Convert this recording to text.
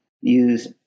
use